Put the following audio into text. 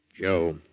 Joe